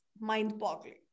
mind-boggling